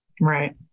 Right